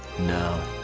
no